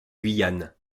guyane